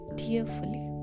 tearfully